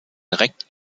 direkt